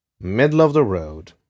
middle-of-the-road